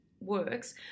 works